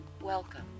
welcome